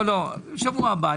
לא, לא, שבוע הבא.